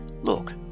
look